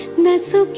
nicely.